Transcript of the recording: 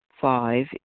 Five